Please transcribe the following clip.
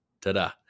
Ta-da